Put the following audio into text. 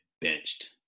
benched